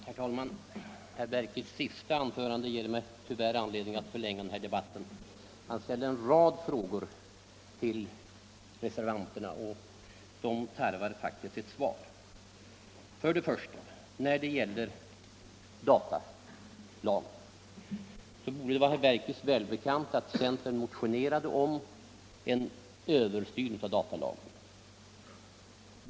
Herr talman! Herr Bergqvists senaste anförande ger mig tyvärr anledning att förlänga den här debatten. Han ställde en rad frågor till reservanterna, och de tarvar faktiskt svar. Först till datalagen. Det borde vara herr Bergqvist välbekant att centern motionerade om en översyn av datalagen.